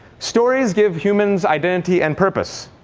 stories give humans identity and purpose.